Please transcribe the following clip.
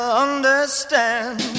understand